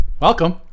Welcome